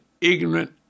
ignorant